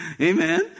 Amen